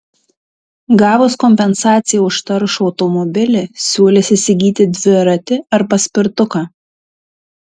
gavus kompensaciją už taršų automobilį siūlys įsigyti dviratį ar paspirtuką